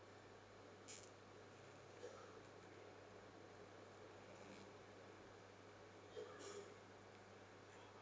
two